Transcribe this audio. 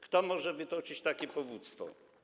Kto może wytoczyć takie powództwo?